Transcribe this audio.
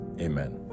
amen